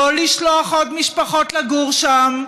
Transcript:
לא לשלוח עוד משפחות לגור שם,